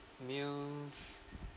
meals